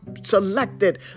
selected